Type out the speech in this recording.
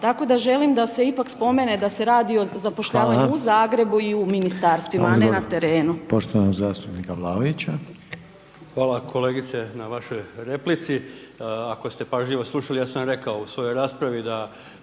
tako da želim da se ipak spomene da se radi o zapošljavanju…/Upadica: Hvala/…u Zagrebu i u Ministarstvima, a ne na terenu.